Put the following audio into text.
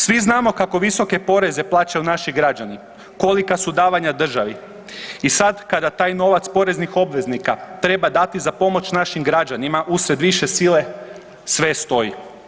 Svi znamo kako visoke poreze plaćaju naši građani, kolika su davanja državi i sad kada taj novac poreznih obveznika treba dati za pomoć našim građanima usred više sile, sve stoji.